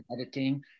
editing